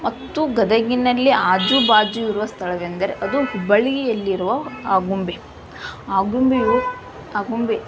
ಮತ್ತು ಗದಗಿನಲ್ಲಿ ಆಜು ಬಾಜು ಇರುವ ಸ್ಥಳವೆಂದರೆ ಅದು ಹುಬ್ಬಳ್ಳಿಯಲ್ಲಿರುವ ಆಗುಂಬೆ ಆಗುಂಬೆಯೂ ಆಗುಂಬೆ